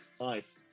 nice